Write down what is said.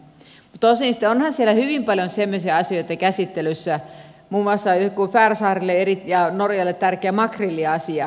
mutta tosin onhan siellä hyvin paljon semmoisia asioita käsittelyssä kuin muun muassa färsaarille ja norjalle tärkeä makrilliasia